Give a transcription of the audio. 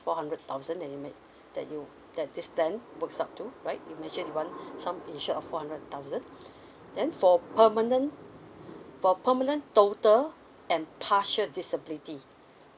four hundred thousand that you meant that you that this plan works up to right you mentioned you want sum insured of four hundred thousand then for permanent for permanent total and partial disability